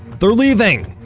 they're leaving!